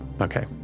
Okay